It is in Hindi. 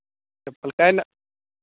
चप्पल काई ल